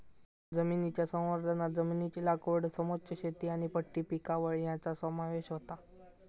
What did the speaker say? जमनीच्या संवर्धनांत जमनीची लागवड समोच्च शेती आनी पट्टी पिकावळ हांचो समावेश होता